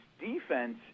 defense